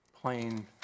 plain